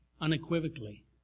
unequivocally